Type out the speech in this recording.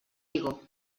vigo